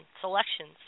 Selections